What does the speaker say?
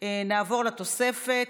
נעבור לתוספת,